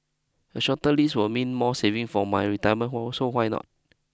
a shorter lease would mean more saving for my retirement hole so why not